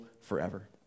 forever